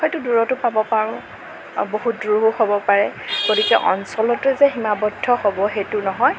হয়তো দূৰতো পাব পাৰোঁ বা বহুত দূৰো হ'ব পাৰে গতিকে অঞ্চলতে যে সীমাৱদ্ধ হ'ব সেইটো নহয়